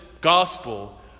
gospel